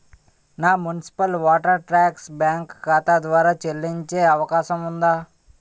నా municipal water tax bank ఖాతా ద్వారా చెల్లించే అవకాశం ఉందా?